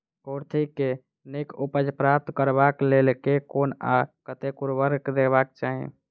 कुर्थी केँ नीक उपज प्राप्त करबाक लेल केँ कुन आ कतेक उर्वरक देबाक चाहि?